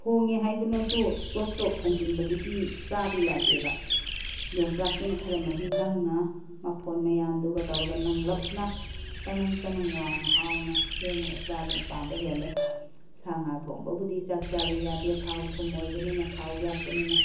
ꯊꯣꯡꯉꯦ ꯍꯥꯏꯗꯨꯅꯁꯨ ꯆꯣꯞ ꯆꯣꯞ ꯊꯣꯡꯖꯤꯟꯕꯗꯨꯗꯤ ꯆꯥꯕ ꯌꯥꯗꯦꯕ ꯌꯣꯡꯆꯥꯛꯇꯨꯅ ꯈꯔ ꯃꯍꯤ ꯅꯪꯅ ꯃꯐꯣꯟ ꯃꯌꯥꯝꯗꯨꯒ ꯇꯧꯔꯒ ꯅꯪꯂꯞꯅ ꯇꯅꯪ ꯇꯅꯪ ꯂꯥꯎꯅ ꯍꯥꯎꯅ ꯁꯦꯝꯃꯒ ꯆꯥꯕꯅ ꯄꯥꯝꯕ ꯍꯦꯜꯂꯦ ꯁꯥ ꯉꯥ ꯊꯣꯡꯕꯕꯨꯗꯤ ꯆꯥꯛ ꯆꯥꯕ ꯌꯥꯗꯦ ꯊꯥꯎ ꯊꯨꯝ ꯑꯣꯏꯕꯅꯤꯅ ꯊꯥꯎ ꯌꯥꯛꯄꯅꯤꯅ